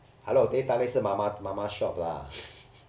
hello teh tarik 是 mama mama shop lah